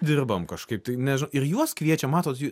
dirbam kažkaip tai nežinau ir juos kviečiam matot